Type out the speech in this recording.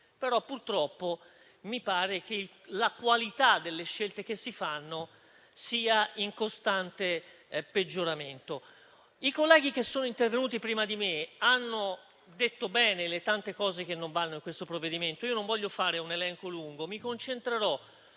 però purtroppo mi pare che la qualità delle scelte che si fanno sia in costante peggioramento. I colleghi intervenuti prima di me hanno sottolineato bene le tante cose che non vanno in questo provvedimento. Io non voglio fare un elenco lungo e mi concentrerò